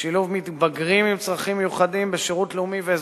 שילוב מתבגרים עם צרכים מיוחדים בשירות לאומי ואזרחי,